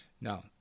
Now